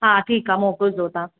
हा ठीकु आहे मोकिलिजोसि हा